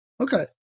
okay